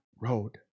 road